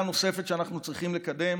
נקודה נוספת שאנחנו צריכים לקדם